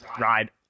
ride